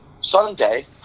Sunday